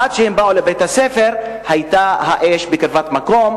ועד שהן באו לבית-הספר היתה האש בקרבת מקום,